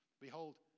Behold